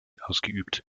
ausgeübt